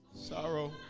sorrow